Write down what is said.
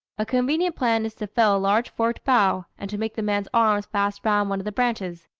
a convenient plan is to fell a large forked bough, and to make the man's arms fast round one of the branches.